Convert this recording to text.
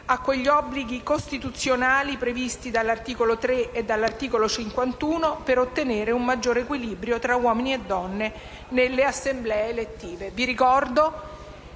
a quegli obblighi costituzionali previsti dagli articoli 3 e 51, per ottenere un maggiore equilibrio tra uomini e donne nelle Assemblee elettive. Vi ricordo